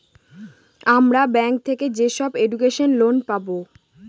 আমরা ব্যাঙ্ক থেকে যেসব এডুকেশন লোন পাবো